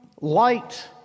light